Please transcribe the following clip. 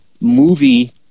movie